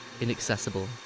inaccessible